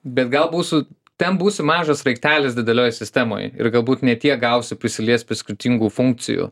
bet gal būsi ten būsi mažas sraigtelis didelėj sistemoj ir galbūt ne tiek gausi prisiliest prie skirtingų funkcijų